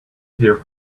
here